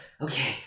okay